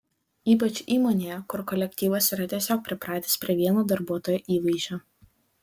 ypač įmonėje kur kolektyvas yra tiesiog pripratęs prie vieno darbuotojo įvaizdžio